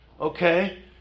Okay